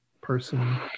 person